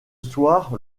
soir